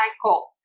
cycle